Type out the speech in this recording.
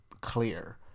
clear